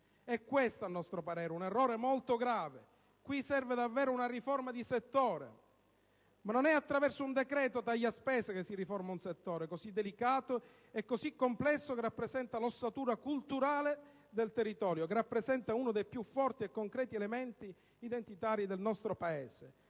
E questo è, a nostro parere, un errore molto grave. Qui serve davvero una riforma di settore. Ma non è attraverso un decreto taglia-spese che si riforma un settore così delicato e così complesso che rappresenta l'ossatura culturale del territorio, che rappresenta uno dei più forti e concreti elementi identitari del nostro Paese.